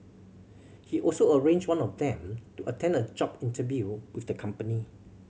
he also arranged one of them to attend a job interview with the company